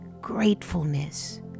gratefulness